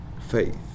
faith